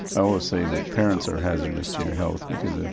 i will say that parents are hazardous to your health because ah